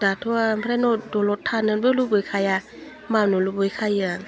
दाथ' ओमफ्राय न' दलद थानोबो लुबैखाया मावनो लुबैखायो आं